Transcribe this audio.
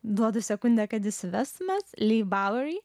duodu sekundę kad išsivestumėte lyg baloje